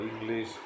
English